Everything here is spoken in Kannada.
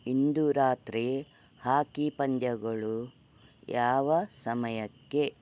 ಇಂದು ರಾತ್ರಿ ಹಾಕಿ ಪಂದ್ಯಗಳು ಯಾವ ಸಮಯಕ್ಕೆ